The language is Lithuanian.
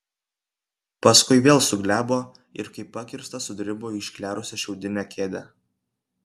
paskui vėl suglebo ir kaip pakirstas sudribo į išklerusią šiaudinę kėdę